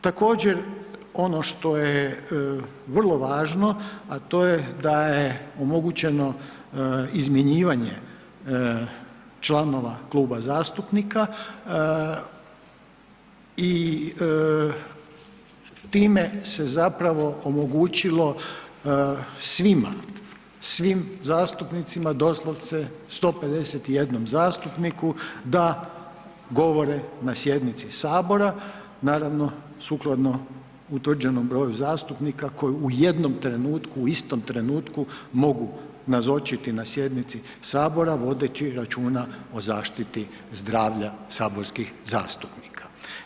Također ono što je vrlo važno, a to je da je omogućeno izmjenjivanje članova kluba zastupnika i time se zapravo omogućilo svima, svim zastupnicima doslovce 151 zastupniku da govore na sjednici sabora, naravno sukladno utvrđenom broju zastupnika koji u jednom trenutku, u istom trenutku mogu nazočiti na sjednici sabora vodeći računa o zaštiti zdravlja saborskih zastupnika.